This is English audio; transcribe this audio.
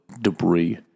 debris